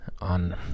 on